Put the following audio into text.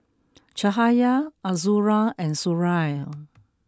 Cahaya Azura and Suria